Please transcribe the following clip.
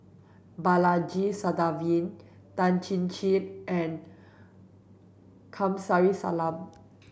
Balaji Sadasivan Tan Chin Chin and Kamsari Salam